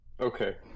Okay